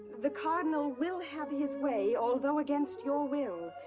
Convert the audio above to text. the cardinal will have his way, although against your will.